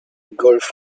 golf